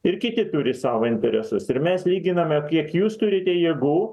ir kiti turi savo interesus ir mes lyginame kiek jūs turite jėgų